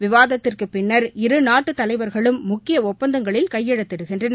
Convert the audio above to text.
விவாதத்திற்குப் பின்னா் இருநாட்டு தலைவர்களும் முக்கிய ஒப்பந்தங்களில் கையெழுத்திடுகின்றனர்